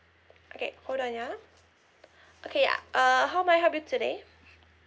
okay hold on ya okay ya uh how may I help you today